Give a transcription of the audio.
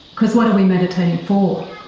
because what are we meditating for?